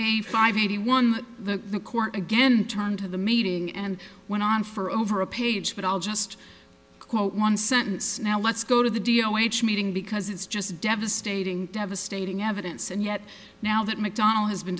eighty five eighty one the court again turned to the meeting and went on for over a page but i'll just quote one sentence now let's go to the d o h a meeting because it's just devastating devastating evidence and yet now that mcdonnell has been